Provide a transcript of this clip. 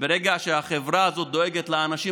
ברגע שהחברה הזאת דואגת לאנשים